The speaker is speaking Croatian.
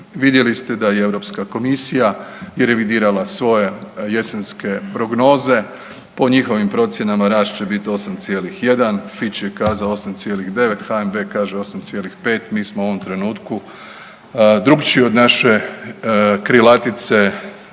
Vidjeli ste da je i EU komisija je revidirala svoje jesenske prognoze po njihovim procjenama rast će biti 8,1, Fitch je kazao 8,9, HNB kaže 8,5, mi smo u ovom trenutku drukčiji od naše krilatice